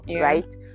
right